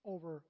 Over